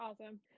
awesome